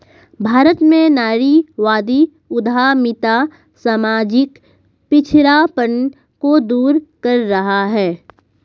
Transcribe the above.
भारत में नारीवादी उद्यमिता सामाजिक पिछड़ापन को दूर कर रहा है